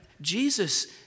Jesus